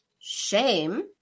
Shame